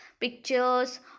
pictures